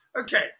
okay